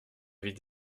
avis